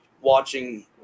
watching